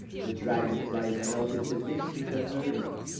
the dragon-flies melted to mist with their hurrying.